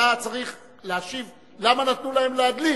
צריך להשיב למה נתנו להם להדליף.